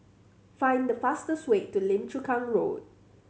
find the fastest way to Lim Chu Kang Road